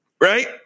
Right